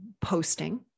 posting